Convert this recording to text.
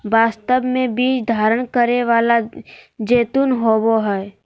वास्तव में बीज धारण करै वाला जैतून होबो हइ